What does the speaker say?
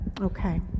Okay